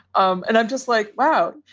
um and i'm just like, wow,